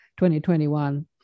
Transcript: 2021